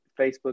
Facebook